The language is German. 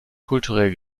kulturell